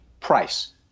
Price